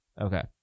Okay